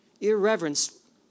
Irreverence